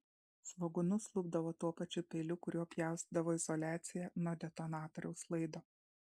svogūnus lupdavo tuo pačiu peiliu kuriuo pjaustydavo izoliaciją nuo detonatoriaus laido